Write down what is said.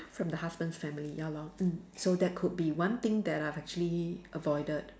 from the husband family ya lor mm so that could be one thing that I have actually avoided